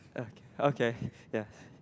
okay okay ya